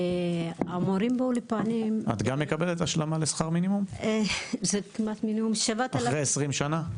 גם את מקבלת השלמה לשכר מינימום אחרי 20 שנה?